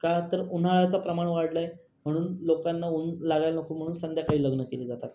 का तर उन्हाळ्याचं प्रमाण वाढलं आहे म्हणून लोकांना ऊन लागायला नको म्हणून संध्याकाळी लग्नं केली जातात